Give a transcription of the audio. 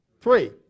Three